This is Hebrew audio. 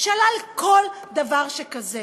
שלל כל דבר כזה.